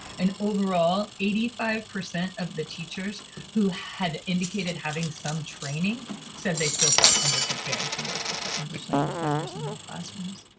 and overall, eighty five percent of the teachers who had indicated having some training said they still felt underprepared to work with the english language learners in their classrooms.